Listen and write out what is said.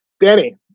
Danny